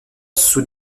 sous